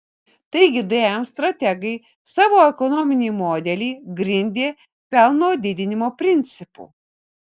taigi dm strategai savo ekonominį modelį grindė pelno didinimo principu